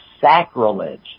sacrilege